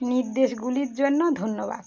নির্দেশগুলির জন্য ধন্যবাদ